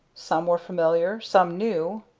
some were familiar, some new,